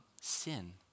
sin